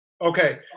Okay